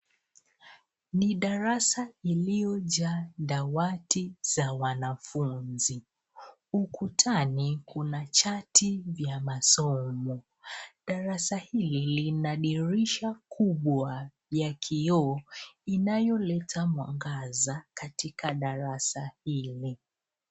Ni darasa lilionjaa dawati za wanafunzi ukutani kuna chati ya masaomo darasa hili linadirisha kubwa ya kioo inayoleta mwangaza katika darasa hili.